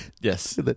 Yes